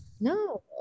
No